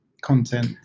content